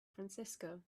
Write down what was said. francisco